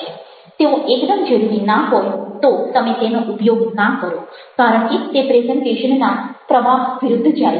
તેઓ એકદમ જરૂરી ના હોય તો તમે તેનો ઉપયોગ ના કરો કારણ કે તે પ્રેઝન્ટેશનના પ્રવાહ વિરુદ્ધ જાય છે